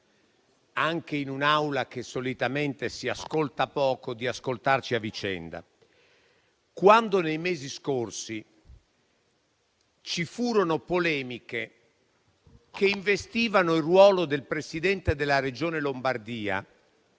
anche in un'Aula che solitamente si ascolta poco, di ascoltarci a vicenda. Quando nei mesi scorsi ci furono polemiche che investivano il ruolo del Presidente della Regione Lombardia